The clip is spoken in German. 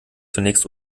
zunächst